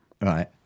right